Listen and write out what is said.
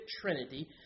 trinity